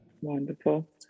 Wonderful